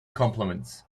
compliments